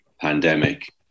pandemic